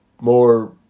more